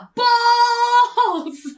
balls